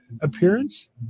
appearance